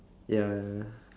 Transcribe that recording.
ya